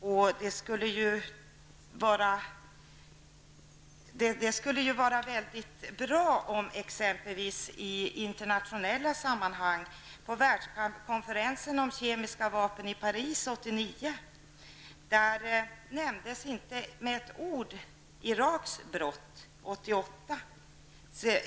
I internationella sammanhang, exempelvis på världskonferensen om kemiska vapen i Paris 1989, nämndes inte med ett ord Iraks brott 1988.